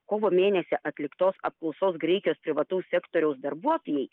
kovo mėnesį atliktos apklausos graikijos privataus sektoriaus darbuotojai